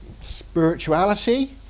spirituality